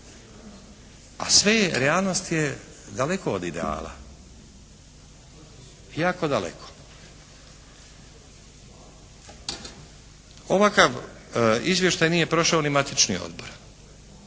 A sve je, realnost je daleko od ideala, jako daleko. Ovakav izvještaj nije prošao ni matični odbor.